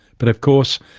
but, of course,